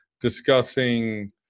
discussing